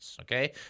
Okay